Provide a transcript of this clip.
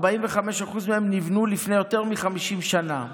45% מהן נבנו לפני יותר מ-50 שנה.